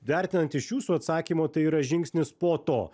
vertinant iš jūsų atsakymo tai yra žingsnis po to